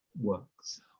works